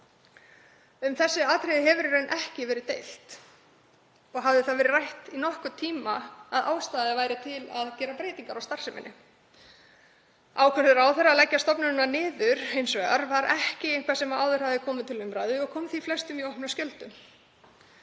Um þessi atriði hefur í raun ekki verið deilt og hafði verið rætt um það í nokkurn tíma að ástæða væri til að gera breytingar á starfseminni. Ákvörðun ráðherra að leggja stofnunina niður var hins vegar ekki eitthvað sem áður hafði komið til umræðu og kom því flestum í opna skjöldu.